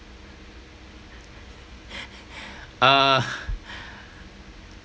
uh